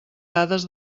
dades